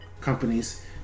companies